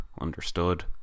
understood